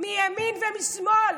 מימין ומשמאל,